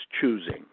choosing